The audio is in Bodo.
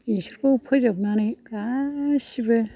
बिसोरखौ फोजोबनानै गासैबो